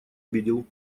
обидел